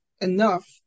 enough